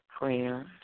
Prayer